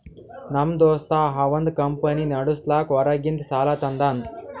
ನಮ್ ದೋಸ್ತ ಅವಂದ್ ಕಂಪನಿ ನಡುಸ್ಲಾಕ್ ಹೊರಗಿಂದ್ ಸಾಲಾ ತಂದಾನ್